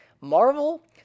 Marvel